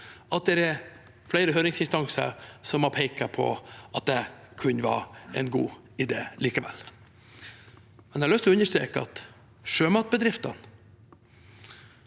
at det er flere høringsinstanser som har pekt på at det kunne være en god idé likevel. Jeg har likevel lyst til å understreke at Sjømatbedriftene,